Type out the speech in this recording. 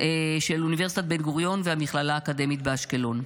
של אוניברסיטת בן-גוריון והמכללה האקדמית באשקלון,